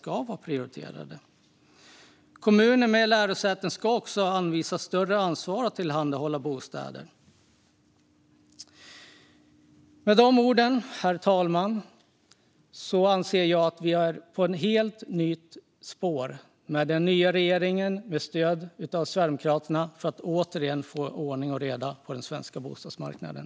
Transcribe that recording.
Kommuner med lärosäten ska också anvisas ett större ansvar att tillhandahålla bostäder. Med dessa ord, herr talman, anser jag att vi är på ett helt nytt spår med den nya regeringen med stöd av Sverigedemokraterna. Vi ska återigen få ordning och reda på den svenska bostadsmarknaden.